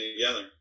together